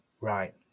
right